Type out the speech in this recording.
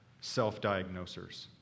self-diagnosers